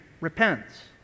repents